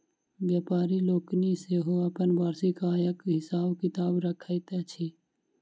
व्यापारि लोकनि सेहो अपन वार्षिक आयक हिसाब किताब रखैत छथि